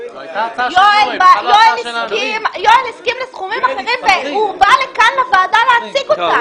יואל הסכים לסכומים אחרים והוא בא לכאן לוועדה להציג אותם.